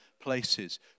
places